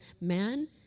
man